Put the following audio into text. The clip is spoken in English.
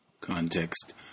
Context